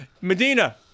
Medina